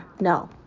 no